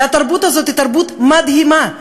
והתרבות הזאת היא תרבות מדהימה,